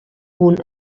punt